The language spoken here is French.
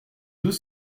deux